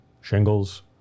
Shingles